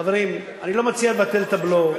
חברים, אני לא מציע לבטל את הבלו,